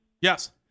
Yes